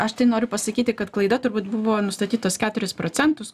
aš tai noriu pasakyti kad klaida turbūt buvo nustatyt tuos keturis procentus